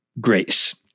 grace